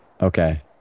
Okay